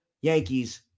Yankees